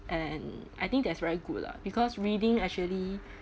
and I think that's very good lah because reading actually